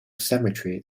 cemetery